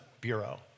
Bureau